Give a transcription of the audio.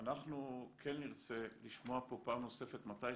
אנחנו כן נרצה לשמוע פה פעם נוספת מתי